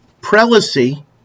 prelacy